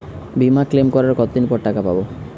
বিমা ক্লেম করার কতদিন পর টাকা পাব?